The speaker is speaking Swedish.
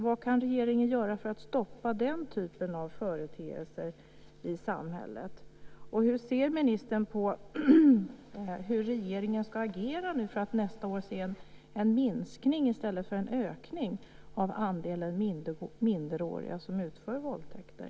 Vad kan regeringen göra för att stoppa den typen av företeelser i samhället, och hur ser ministern på hur regeringen ska agera för att vi nästa år ska få se en minskning i stället för en ökning av andelen minderåriga som utför våldtäkter?